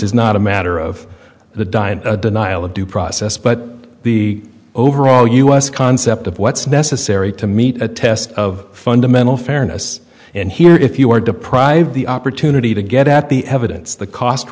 is not a matter of the dian a denial of due process but the overall us concept of what's necessary to meet a test of fundamental fairness and here if you are deprived the opportunity to get at the evidence the cost